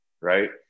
right